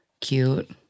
Cute